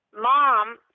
Mom